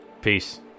Peace